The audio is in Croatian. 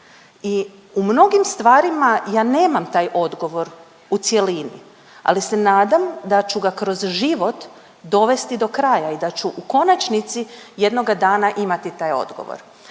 I u mnogim stvarima ja nemam taj odgovor u cjelini ali se nadam da ću ga kroz život dovesti do kraja i da ću u konačnici jednoga dana imati taj odgovor.